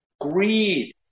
Greed